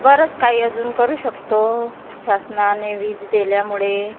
बरंच काही अजून करू शकतो शासनाने वीज दिल्यामुळे